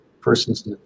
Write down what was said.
persons